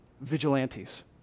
vigilantes